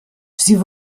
sie